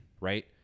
right